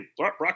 rock